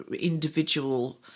Individual